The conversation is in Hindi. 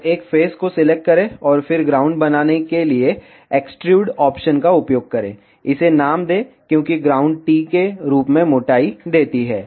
बस एक फेस को सिलेक्ट करें और फिर ग्राउंड बनाने के लिए एक्सट्रूड ऑप्शन का उपयोग करें इसे नाम दें क्योंकि ग्राउंड टी के रूप में मोटाई देती है